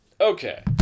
Okay